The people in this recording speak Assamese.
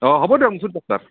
অঁ হ'ব দিয়ক নিশ্চয় পাম তাত